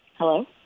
Hello